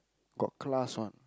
got class one